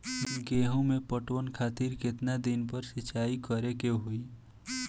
गेहूं में पटवन खातिर केतना दिन पर सिंचाई करें के होई?